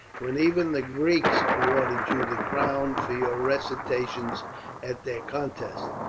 when even the greeks awarded you the crown for your recitations at their contests?